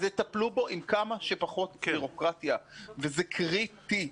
אז יטפלו בו עם כמה שפחות בירוקרטיה וזה קריטי.